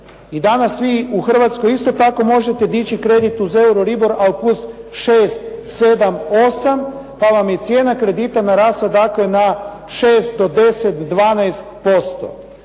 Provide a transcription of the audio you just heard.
I danas vi u Hrvatskoj isto tako možete dići kredit uz Euroribor, ali plus 6, 7, 8 pa vam je cijena kredita narasla dakle na 610, 12%